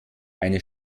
eine